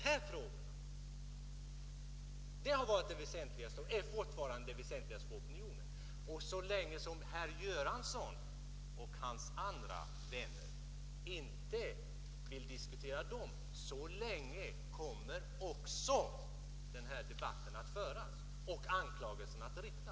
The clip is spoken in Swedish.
Så länge herr Göransson och hans vänner inte vill diskutera dem, så länge kommer också den här debatten att pågå och de här anklagelserna att föras fram.